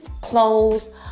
clothes